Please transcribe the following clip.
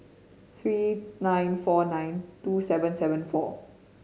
three nine four nine two seven seven four